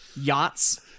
yachts